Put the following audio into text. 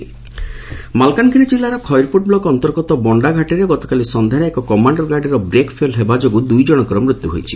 ଦୁର୍ଘଟଣା ମାଲକାନଗିରି କିଲ୍ଲାର ଖଇରପୁଟ ବ୍ଲକ୍ ଅନ୍ତର୍ଗତ ବଣ୍ଡାଘାଟିରେ ଗତକାଲି ସକ୍ଷ୍ୟାରେ ଏକ କମାଣ୍ଡର ଗାଡ଼ିର ବ୍ରେକ୍ ଫେଲ୍ ହେବା ଯୋଗୁଁ ଦୂଇ ଜଣଙ୍କର ମୃତ୍ୟୁ ହୋଇଛି